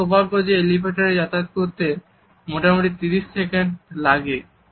আমার সৌভাগ্য যে এলিভেটরে যাতায়াত করতে মোটামুটি 30 সেকেন্ড লাগে